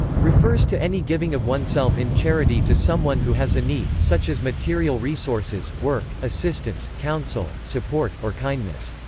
refers to any giving of oneself in charity to someone who has a need, such as material resources, work, assistance, counsel, support, or kindness.